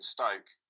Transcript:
Stoke